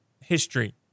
history